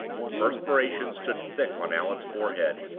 the perspiration stood thick on allan's forehead,